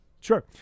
Sure